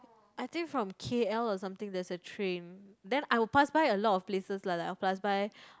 I think from k_l or something there's a train then I'll pass by a lot of places lah like I'll pass by